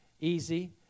easy